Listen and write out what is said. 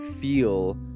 feel